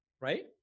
Right